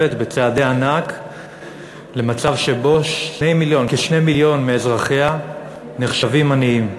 בצעדי ענק למצב שבו כ-2 מיליון מאזרחיה נחשבים עניים.